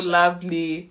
lovely